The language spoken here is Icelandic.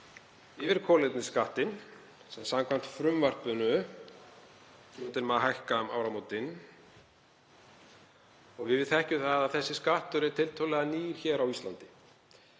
yfir kolefnisskattinn sem samkvæmt frumvarpinu kemur til með að hækka um áramótin. Við þekkjum það að þessi skattur er tiltölulega nýr hér á Íslandi